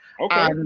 Okay